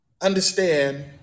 understand